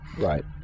Right